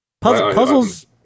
Puzzles